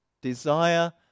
Desire